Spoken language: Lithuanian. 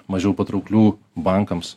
mažiau patrauklių bankams